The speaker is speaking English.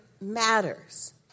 matters